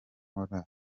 nkora